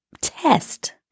test